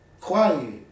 quiet